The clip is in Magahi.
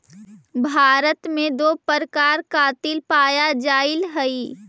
भारत में दो प्रकार कातिल पाया जाईल हई